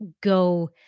go